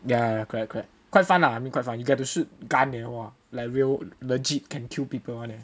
ya correct correct quite fun lah I mean quite fun you get to shoot gun like !wah! like real legit can kill people [one] eh